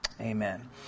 Amen